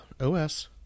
OS